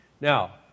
Now